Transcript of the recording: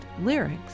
lyrics